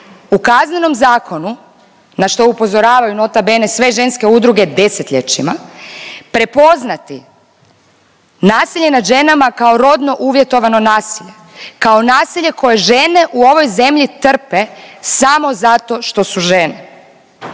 u Kaznenom zakonu na što upozoravaju nota bene sve ženske udruge desetljećima prepoznati nasilje nad ženama kao rodno uvjetovano nasilje, kao nasilje koje žene u ovoj zemlji trpe samo zato što su žene.